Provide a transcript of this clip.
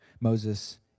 Moses